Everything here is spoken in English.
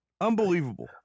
Unbelievable